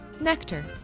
Nectar